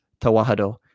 Tawahado